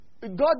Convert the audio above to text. God